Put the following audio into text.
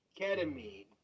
ketamine